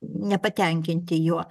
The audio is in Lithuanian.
nepatenkinti juo